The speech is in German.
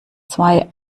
zwei